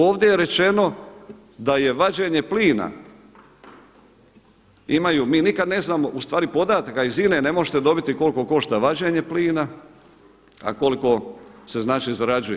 Ovdje je rečeno da je vađenje plina imaj, mi nikad ne znamo, u stvari podataka iz INA-e ne možete dobiti koliko košta vađenje plina, a koliko se znači zarađuje.